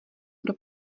pro